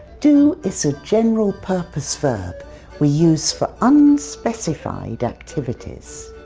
do is a general purpose verb we use for unspecified activities.